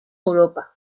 europa